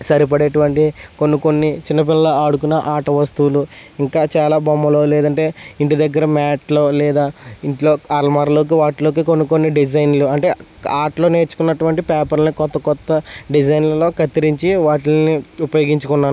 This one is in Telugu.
సరిపడేటువంటి కొన్ని కొన్ని చిన్న పిల్లల ఆడుకునే ఆట వస్తువులు ఇంకా చాలా బొమ్మలు లేదంటే ఇంటి దగ్గర మ్యాట్లు లేదా ఇంటిలో అలమరలోకి వాటిలోకి కొన్నికొన్ని డిజైన్లు అంటే ఆర్ట్లో నేర్చుకున్నటువంటి పేపర్లని కొత్త కొత్త డిజైన్లలో కత్తిరించి వాటిని ఉపయోగించుకున్నాను